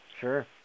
Sure